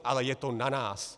Ale je to na nás.